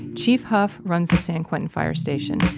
chief huff runs the san quentin fire station,